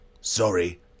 Sorry